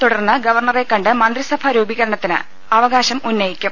തുടർന്ന് ഗവർണറെ കണ്ട് മന്ത്രി സഭാ രൂപീകരണത്തിന് അവകാശമുന്നയിക്കും